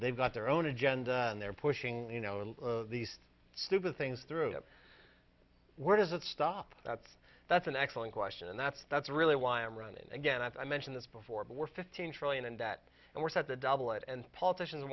they've got their own agenda and they're pushing you know these stupid things through where does it stop that's that's an excellent question and that's that's really why i'm running again i mentioned this before but we're fifteen trillion in debt and were set to double it and politicians in